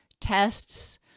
tests